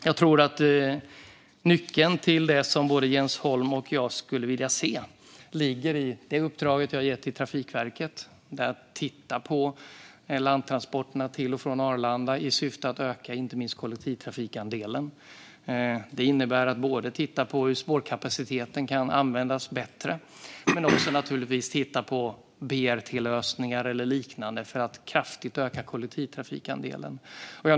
Jag tror att nyckeln till det som både Jens Holm och jag skulle vilja se ligger i det uppdrag jag har gett till Trafikverket om att titta på landtransporterna till och från Arlanda i syfte att öka inte minst kollektivtrafikandelen. Det innebär att titta både på hur spårkapaciteten kan användas bättre och på BRT-lösningar eller liknande för att kraftigt öka kollektivtrafikandelen.